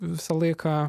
visą laiką